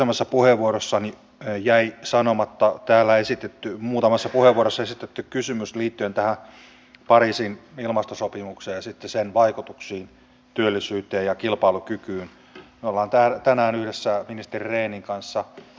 ei ole auttavia puhelimia ei ole sellaisia perhepalveluita joissa voidaan ennalta ehkäisevällä tavalla puuttua hyvinkin vaikeisiin aiheisiin ja näistähän hallitus on valitettavasti päinvastoin leikkaamassa